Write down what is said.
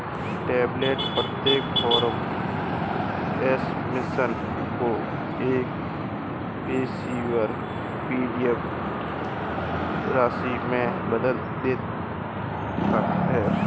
template प्रत्येक form submission को एक पेशेवर पी.डी.एफ रसीद में बदल देता है